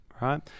right